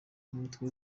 n’umutwe